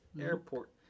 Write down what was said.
Airport